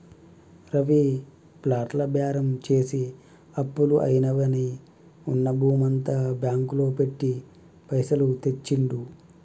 రవి ప్లాట్ల బేరం చేసి అప్పులు అయినవని ఉన్న భూమంతా బ్యాంకు లో పెట్టి పైసలు తెచ్చిండు